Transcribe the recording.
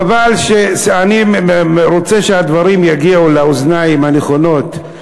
חבל, אני רוצה שהדברים יגיעו לאוזניים הנכונות.